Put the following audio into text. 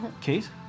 Kate